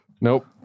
Nope